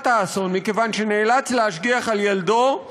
האסון מכיוון שנאלץ להשגיח על ילדו,